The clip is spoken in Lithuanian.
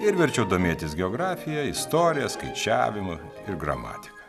ir verčiau domėtis geografija istorija skaičiavimu ir gramatika